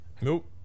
Nope